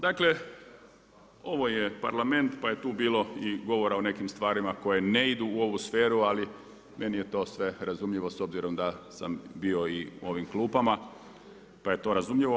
Dakle ovo je Parlament pa je tu bilo i govora o nekim stvarima koje ne idu u ovu sferu ali meni je to sve razumljivo s obzirom da sam bio i u ovim klupama pa je to razumljivo.